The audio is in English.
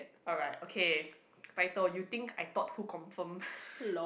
alright okay title you think I thought who confirm